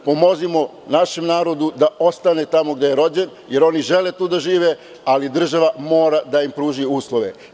Pomozimo našem narodu da ostane tamo gde je rođen, jer oni žele tu da žive, ali država mora da im pruži uslove.